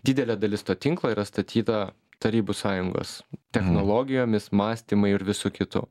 didelė dalis to tinklo yra statyta tarybų sąjungos technologijomis mąstymu ir visu kitu